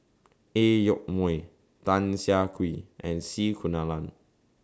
A Yoke Mooi Tan Siah Kwee and C Kunalan